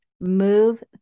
move